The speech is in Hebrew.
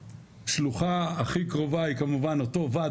והשלוחה הכי קרובה היא כמובן אותו ועד